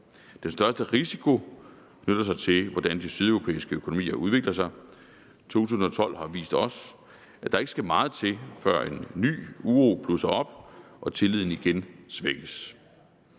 Den største risiko knytter sig til, hvordan de sydeuropæiske økonomier udvikler sig. 2012 har vist os, at der ikke skal meget til, før en ny uro blusser op og tilliden igen svækkes.